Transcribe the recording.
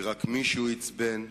רק כי מישהו עצבן,